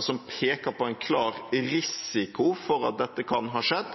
som peker på en klar risiko for at dette kan ha skjedd.